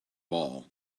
ball